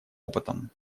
опытом